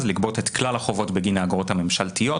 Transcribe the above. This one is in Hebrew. לגבות את כלל החובות בגין האגרות הממשלתיות,